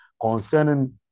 concerning